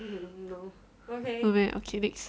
no meh okay next